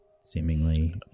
seemingly